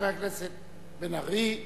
חבר הכנסת בן-ארי.